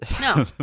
No